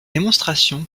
démonstration